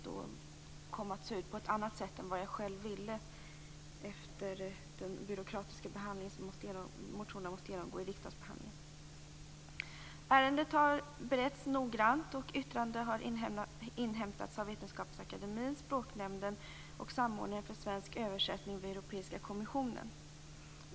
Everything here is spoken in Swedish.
De kom att se ut på ett annat sätt än jag själv ville efter den byråkratiska behandling som motionen måste genomgå i riksdagen. Ärendet har beretts noggrant och yttranden har inhämtats från Vetenskapsakademien, Språknämnden och samordnaren för svensk översättning vid Europeiska kommissionen.